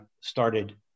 started